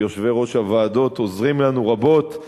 ויושבי-ראש הוועדות עוזרים לנו רבות.